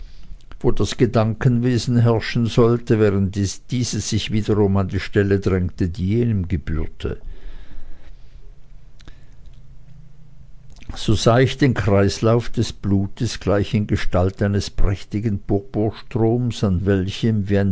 wo das gedankenwesen herrschen sollte während dieses sich wiederum an die stelle drängte die jenem gebührte so sah ich den kreislauf des blutes gleich in gestalt eines prächtigen purpurstromes an welchem wie